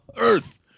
Earth